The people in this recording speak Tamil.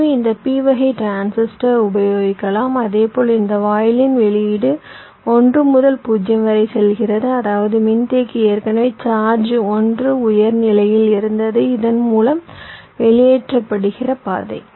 எனவே இந்த p வகை டிரான்சிஸ்டர் உபயோகிக்கலாம் அதேபோல் இந்த வாயிலின் வெளியீடு 1 முதல் 0 வரை செல்கிறது அதாவது மின்தேக்கி ஏற்கனவே சார்ஜ் 1 உயர் நிலையில் இருந்தது இதன் மூலம் வெளியேற்றப்படுகிற பாதை